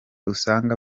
usanga